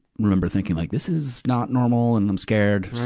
remember thinking like, this is not normal, and i'm scared.